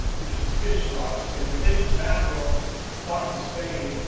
which is fish sauce. they would take mackerel caught in spain,